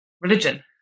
religion